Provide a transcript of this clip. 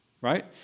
Right